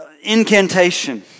incantation